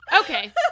Okay